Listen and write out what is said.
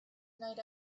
night